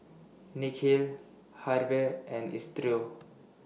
Nikhil Harve and Isidro